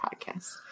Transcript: podcast